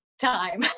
time